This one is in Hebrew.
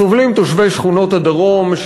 סובלים תושבי שכונות הדרום,